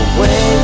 Away